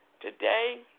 Today